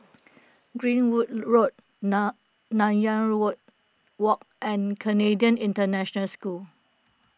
Goodwood Road Nan Nanyang Road Walk and Canadian International School